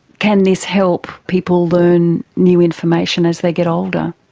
can this help people learn new information as they get older?